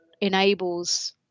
enables